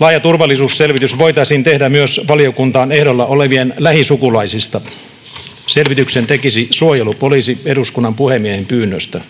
Laaja turvallisuusselvitys voitaisiin tehdä myös valiokuntaan ehdolla olevien lähisukulaisista. Selvityksen tekisi suojelupoliisi eduskunnan puhemiehen pyynnöstä.